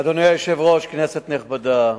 אדוני היושב-ראש, כנסת נכבדה,